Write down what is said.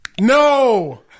No